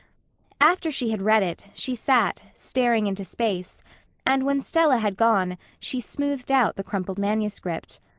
after she had read it, she sat, staring into space and when stella had gone she smoothed out the crumpled manuscript.